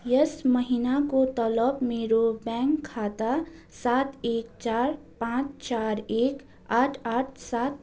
यस महिनाको तलब मेरो ब्याङ्क खाता सात एक चार पाँच चार एक आठ आठ सात